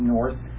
North